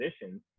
positions